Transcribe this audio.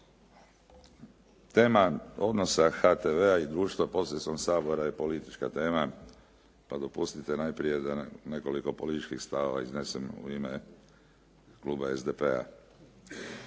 Tema odnosa HTV-a i društva posredstvom Sabora je politička tema pa dopustite najprije da nekoliko političkih stavova iznesem u ime kluba SDP-a.